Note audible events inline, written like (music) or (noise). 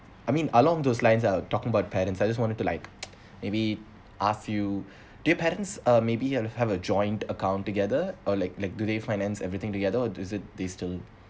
I mean along those lines lah talking about parents I just wanted to like (noise) maybe ask you (breath) do your parents uh maybe hav~ have a joint account together or like like do they finance everything together or is it different